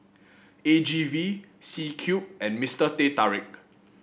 A G V C Cube and Mister Teh Tarik